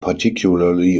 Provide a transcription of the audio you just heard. particularly